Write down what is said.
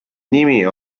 nimi